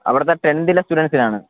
അവിടുത്തെ ടെൻതിലെ സ്റ്റുഡൻസിനാണ്